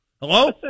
Hello